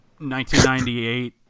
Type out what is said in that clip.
1998